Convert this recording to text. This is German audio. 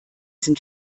sind